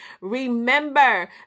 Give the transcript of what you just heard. Remember